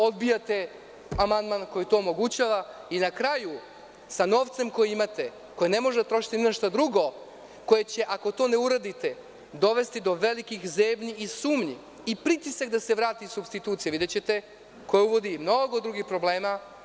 Odbijate amandman koji to omogućava i na kraju, sa novcem koji imate, koji ne možete trošiti ni na šta drugo, koji će ako to ne uradite dovesti do velikih zebnji i sumnji i pritisak da se vrati supstitucija, videćete, koja uvodi mnogo drugih problema.